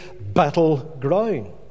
battleground